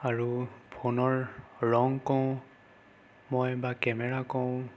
আৰু ফোনৰ ৰং কওঁ মই বা কেমেৰা কওঁ